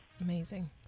Amazing